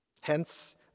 Hence